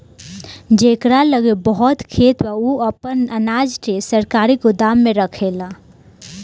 जेकरा लगे बहुत खेत बा उ आपन अनाज के सरकारी गोदाम में रखेला